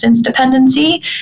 dependency